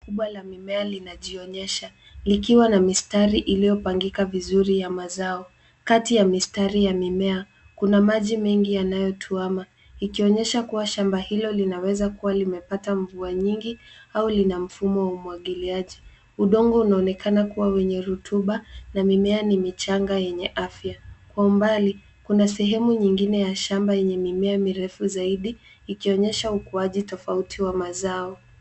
Shamba kubwa la mimea linajionyesha, likiwa na mistari iliyopangika vizuri ya mazao. Kati ya mistari ya mimea, kuna maji mengi yanayotuhama, ikionyesha kuwa shamba hilo linaweza kuwa limepata mvua nyingi au lina mfumo wa umwagiliaji. Udongo unaonekana kuwa wenye rutuba na mimea ni michanga yenye afya. Kwa umbali, kuna sehemu nyingine ya shamba yenye mimea mirefu zaidi, ikionyesha ukuaji tofauti wa mazao.